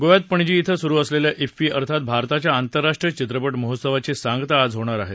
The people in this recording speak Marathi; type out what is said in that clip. गोव्यात पणजी क्रिं सुरु असलेल्या क्फी अर्थात भारताच्या आंतरराष्ट्रीय चित्रपट महोत्सवाची सांगता आज होणार आहे